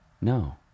No